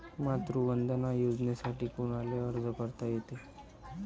मातृवंदना योजनेसाठी कोनाले अर्ज करता येते?